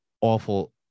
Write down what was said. awful